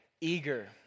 eager